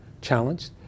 challenged